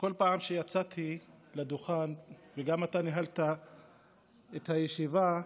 שכל פעם שיצאתי לדוכן וגם אתה ניהלת את הישיבה,